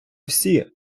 всі